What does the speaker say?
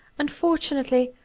unfortunately,